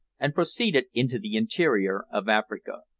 and proceeded into the interior of africa.